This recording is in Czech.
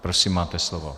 Prosím máte slovo.